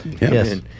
Yes